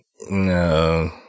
No